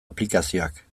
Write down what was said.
aplikazioak